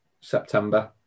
September